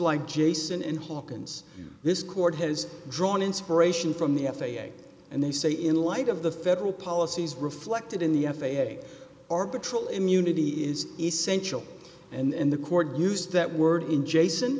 like jason hawkins this court has drawn inspiration from the f a a and they say in light of the federal policies reflected in the f a a our patrol immunity is essential and the court used that word in jason